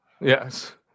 Yes